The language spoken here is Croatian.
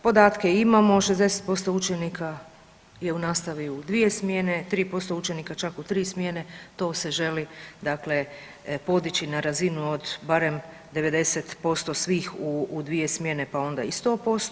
Podatke imamo, 60% učenika je u nastavi u 2 smjene, 3% učenika čak u 3 smjene, to se želi dakle podići na razinu od barem 90% svih u 2 smjene, pa onda i 100%